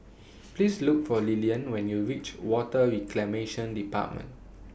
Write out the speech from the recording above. Please Look For Lilian when YOU REACH Water Reclamation department